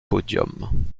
podium